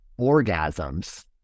orgasms